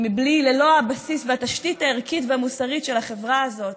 וללא הבסיס והתשתית הערכית והמוסרית של החברה הזאת,